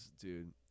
Dude